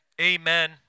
Amen